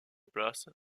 place